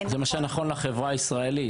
זה מה שנכון לחברה הישראלית.